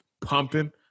pumping